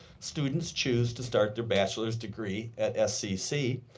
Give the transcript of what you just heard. students choose to start their bachelor's degree at scc,